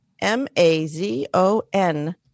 M-A-Z-O-N